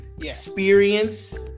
experience